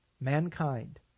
mankind